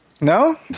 No